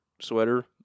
sweater